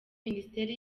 minisiteri